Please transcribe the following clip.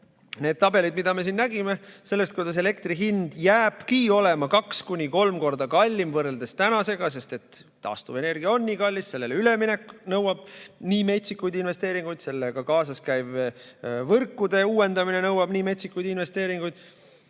Neist tabelitest me nägime, kuidas elektri hind jääbki olema kaks-kolm korda kallim võrreldes tänasega, sest taastuvenergia on nii kallis, sellele üleminek nõuab nii metsikuid investeeringuid, sellega kaasas käiv võrkude uuendamine nõuab nii metsikuid investeeringuid.